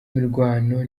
mirwano